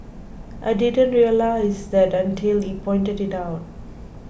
I didn't realised that until he pointed it out